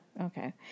Okay